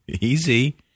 Easy